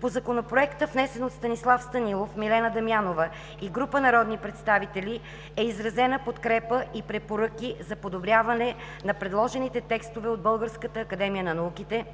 По Законопроекта, внесен от Станислав Станилов, Милена Дамянова и група народни представители, е изразена подкрепа и препоръки за подобряване на предложените текстове от Българската академия на науките,